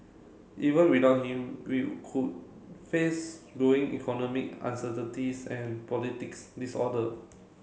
even without him we could face growing economic uncertainties and politics disorder